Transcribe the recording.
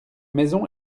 maison